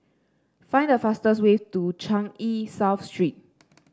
find the fastest way to Changi South Street